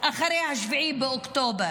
אחרי 7 באוקטובר.